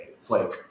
flake